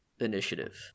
initiative